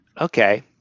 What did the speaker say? Okay